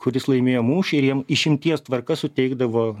kuris laimėjo mūšį ir jiem išimties tvarka suteikdavo